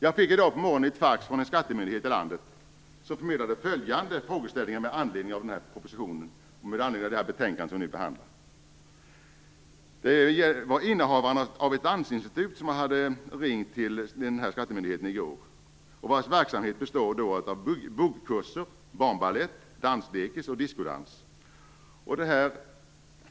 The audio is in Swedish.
Jag fick i dag på morgonen ett fax från en skattemyndighet i landet som förmedlade några frågeställningar med anledning av propositionen och av betänkandet som nu behandlas. Innehavarna av ett dansinstitut hade ringt skattemyndigheten i går. Deras verksamhet består av buggkurser, barnbalett, danslekis och discodans.